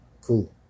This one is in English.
Cool